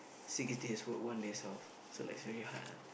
six days work one day's off so like it's really hard ah